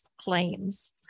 claims